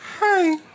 Hey